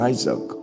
Isaac